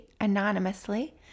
anonymously